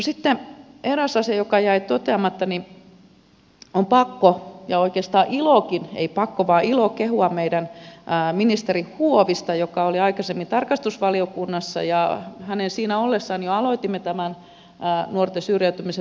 sitten eräs asia joka jäi toteamatta niin on pakko ja oikeastaan ilokin ei pakko vaan ilo kehua meidän ministeri huovista joka oli aikaisemmin tarkastusvaliokunnassa ja hänen siinä ollessaan jo aloitimme tämän nuorten syrjäytymisen tutkimushankkeen